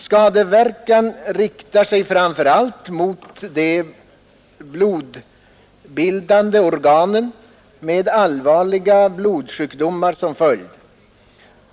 Skadeverkan riktar sig framför allt mot de blodbildande organen med allvarliga blodsjukdomar som följd.